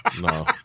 No